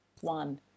One